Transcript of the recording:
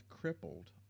crippled